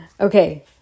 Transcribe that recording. Okay